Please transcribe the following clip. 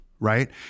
right